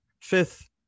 fifth